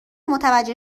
متوجه